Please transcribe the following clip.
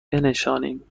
بنشانیم